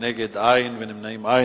נגד, אין, נמנעים, אין.